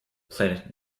pleaded